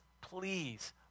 please